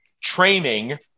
training